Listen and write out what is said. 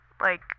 like-